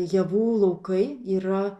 javų laukai yra